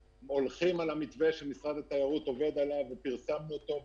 הולכים על המתווה שמשרד התיירות עובד עליו ופרסמנו אותו,